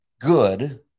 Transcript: good